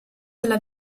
della